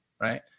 right